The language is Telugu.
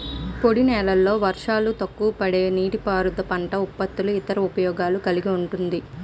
పొడినేలల్లో వర్షాలు తక్కువపడే నీటిపారుదల పంట ఉత్పత్తుల్లో ఇతర ఉపయోగాలను కలిగి ఉంటుంది